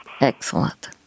Excellent